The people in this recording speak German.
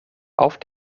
auf